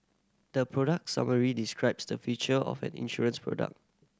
the product summary describes the feature of an insurance product